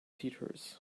theatres